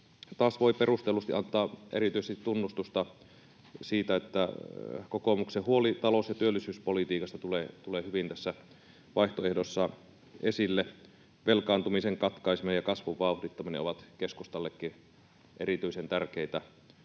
taas voi perustellusti antaa tunnustusta erityisesti siitä, että kokoomuksen huoli talous- ja työllisyyspolitiikasta tulee hyvin tässä vaihtoehdossa esille. Velkaantumisen katkaiseminen ja kasvun vauhdittaminen ovat keskustallekin erityisen tärkeitä